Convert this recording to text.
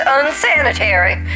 unsanitary